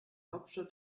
hauptstadt